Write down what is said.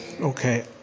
Okay